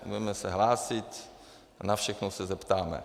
Budeme se hlásit, na všechno se zeptáme.